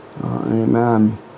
Amen